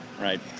right